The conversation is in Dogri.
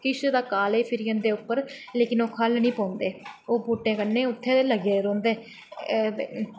किश ते काले फिरी जंदे उप्पर पर ओह् काले निं फिरदे ओह् बूह्टें कन्नै उत्थें गै लग्गे दे रौहंदे ते